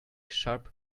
sharp